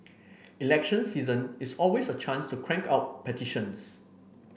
election season is always a chance crank out petitions